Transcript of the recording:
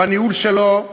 בניהול שלו,